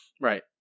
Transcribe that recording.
right